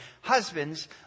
Husbands